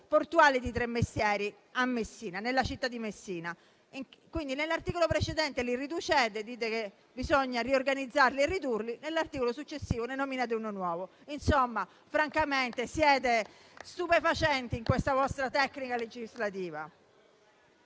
portuale di Tremestieri, nella città di Messina. Quindi con l'articolo precedente li riducete, o almeno dite che bisogna riorganizzarli e ridurli, e in quello successivo ne nominate uno nuovo. Francamente, siete stupefacenti in questa vostra tecnica legislativa.